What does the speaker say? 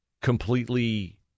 completely